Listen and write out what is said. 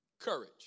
courage